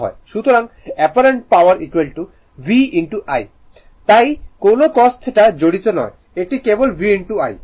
সুতরাং apparent power V I ঠিক তাই কোনও cos θ জড়িত নয় এটি কেবল V I